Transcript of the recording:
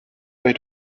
bei